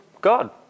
God